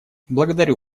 благодарю